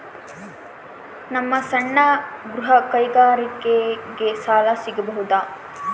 ನಮ್ಮ ಸಣ್ಣ ಗೃಹ ಕೈಗಾರಿಕೆಗೆ ಸಾಲ ಸಿಗಬಹುದಾ?